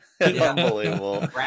Unbelievable